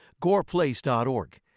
goreplace.org